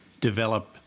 develop